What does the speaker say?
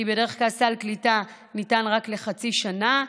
כי בדרך כלל סל קליטה ניתן רק לחצי שנה.